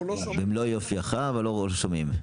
מאוד לפתוח בית מרקחת שאשלם חצי שכר דירה,